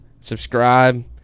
subscribe